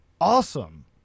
awesome